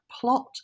plot